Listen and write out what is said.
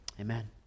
amen